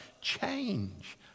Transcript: change